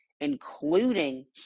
including